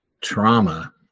trauma